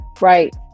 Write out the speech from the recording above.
Right